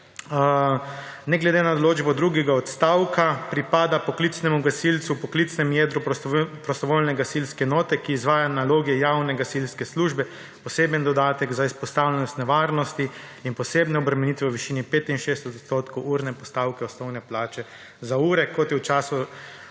ne glede na določbo drugega odstavka pripada poklicnemu gasilcu v poklicnem jedru prostovoljne gasilske enote, ki izvaja naloge javne gasilske službe, poseben dodatek za izpostavljenost nevarnosti in posebne obremenitve v višini 65 % urne postavke osnovne plače za ure, kot je v času